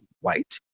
white